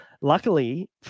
luckily